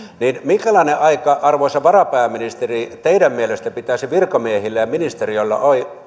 niin minkälainen aika arvoisa varapääministeri teidän mielestänne pitäisi virkamiehillä ja ministeriöllä